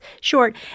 short